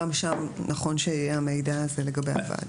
נכון שיהיה המידע הזה לגבי הוועדה.